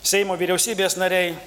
seimo vyriausybės nariai